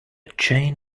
chain